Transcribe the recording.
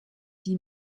die